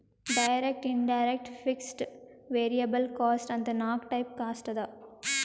direct, indirect, fixed, variable cost ಅಂತ್ ನಾಕ್ type cost ಅವಾ